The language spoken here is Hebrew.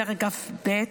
פרק כ"ב,